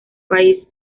país